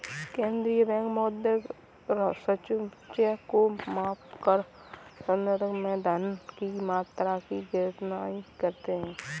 केंद्रीय बैंक मौद्रिक समुच्चय को मापकर अर्थव्यवस्था में धन की मात्रा की निगरानी करते हैं